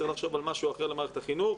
צריך לחשוב על משהו אחר למערכת החינוך.